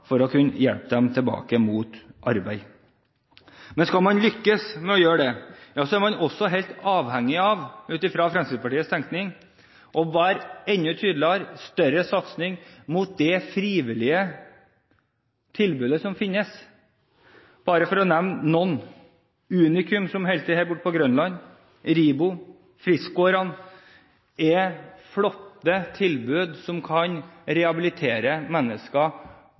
for å kunne hjelpe dem tilbake i arbeid. Men skal man lykkes med å gjøre det, er man også ut fra Fremskrittspartiets tenkning helt avhengig av å være enda tydeligere og ha større satsing opp mot det frivillige tilbudet som finnes. Bare for å nevne noen: Unikum, som holder til her borte på Grønland, RIBO og Frisk-gårdene er flotte tilbud som kan rehabilitere mennesker,